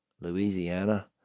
Louisiana